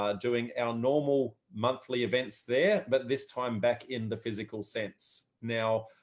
um doing our normal monthly events there. but this time back in the physical sense now,